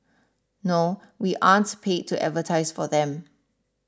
no we aren't paid to advertise for them